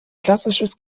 klassisches